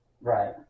Right